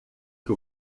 que